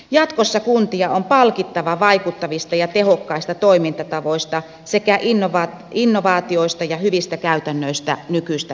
jatkossa kuntia on palkittava vaikuttavista ja tehokkaista toimintatavoista sekä innovaatioista ja hyvistä käytännöistä nykyistä enemmän